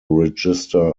register